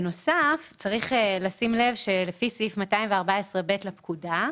בנוסף, צריך לשים לב שלפי סעיף 214ב לפקודה,